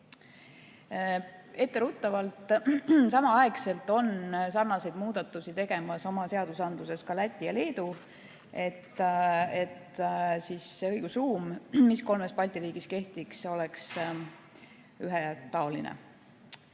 Etteruttavalt: samaaegselt on sarnaseid muudatusi oma seadustes tegemas ka Läti ja Leedu, et õigusruum, mis kolmes Balti riigis kehtib, oleks ühetaoline.